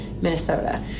Minnesota